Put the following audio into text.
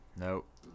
Nope